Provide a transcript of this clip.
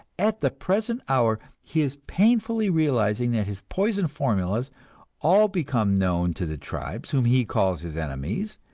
at the present hour he is painfully realizing that his poison formulas all become known to the tribes whom he calls his enemies,